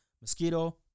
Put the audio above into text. Mosquito